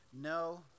No